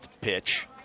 pitch